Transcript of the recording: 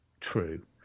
true